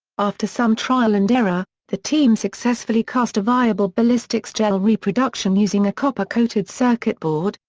after some trial and error, the team successfully cast a viable ballistics gel reproduction using a copper-coated circuit board,